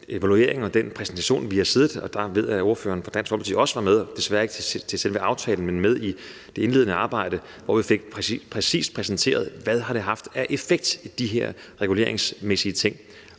evaluering og den præsentation, vi har siddet med ved, og der ved jeg, at ordføreren for Dansk Folkeparti også var med – desværre ikke til selve aftalen, men med i det indledende arbejde, hvor vi fik præsenteret, præcis hvad de her reguleringsmæssige ting